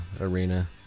arena